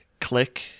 click